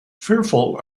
fearful